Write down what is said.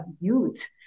youth